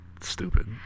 stupid